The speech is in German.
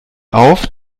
auf